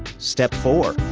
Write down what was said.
step four.